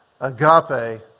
Agape